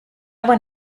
want